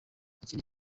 ikindi